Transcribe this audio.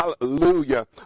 Hallelujah